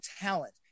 talent